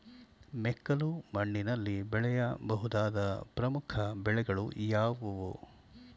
ಮೆಕ್ಕಲು ಮಣ್ಣಿನಲ್ಲಿ ಬೆಳೆಯ ಬಹುದಾದ ಪ್ರಮುಖ ಬೆಳೆಗಳು ಯಾವುವು?